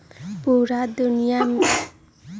पूरा दुनिया में चेक से पईसा देल जा सकलई ह